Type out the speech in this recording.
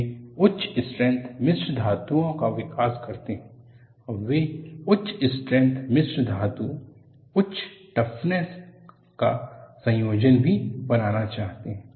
वे उच्च स्ट्रेंथ मिश्र धातुओं का विकास करते हैं और वे उच्च स्ट्रेंथ मिश्र और उच्च ट्फ्नेस का संयोजन भी बनाना चाहते हैं